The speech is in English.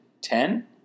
ten